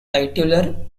titular